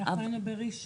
אנחנו היינו בראשון.